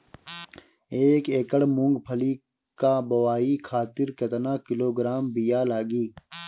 एक एकड़ मूंगफली क बोआई खातिर केतना किलोग्राम बीया लागी?